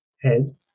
head